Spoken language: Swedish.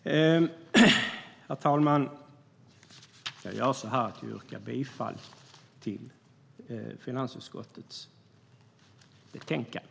Herr talman! Jag yrkar bifall till förslaget i finansutskottets betänkande.